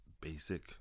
basic